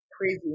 crazy